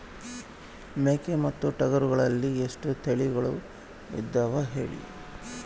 ಮೇಕೆ ಮತ್ತು ಟಗರುಗಳಲ್ಲಿ ಎಷ್ಟು ತಳಿಗಳು ಇದಾವ ಹೇಳಿ?